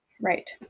Right